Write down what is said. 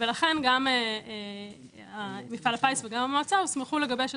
גם קודם הייתה מעורבות